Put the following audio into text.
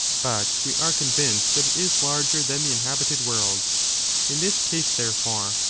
but we are convinced that it is larger than the inhabited world in this case, therefore,